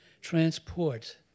transport